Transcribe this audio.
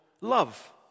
love